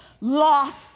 loss